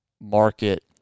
market